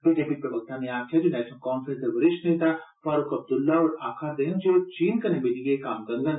बी J P प्रवक्ता नै आक्खेआ जे नेषनल कांफ्रैंस दे वरिश्ठ नेता फारुक अब्द्रल्ला होर आक्खार'देन जे ओ चीन कन्नै मिलियै कम्म करगंन